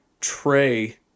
tray